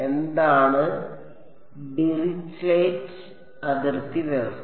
എന്താണ് Dirichlet അതിർത്തി വ്യവസ്ഥ